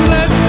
Let